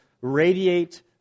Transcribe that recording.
radiate